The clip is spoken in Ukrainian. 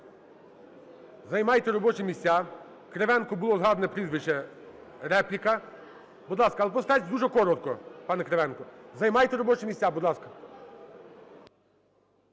Займайте робочі місця. Кривенко було згадано прізвище. Репліка, будь ласка. Але постарайтеся дуже коротко, пане Кривенко. Займайте робочі місця, будь ласка.